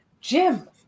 Jim